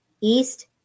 east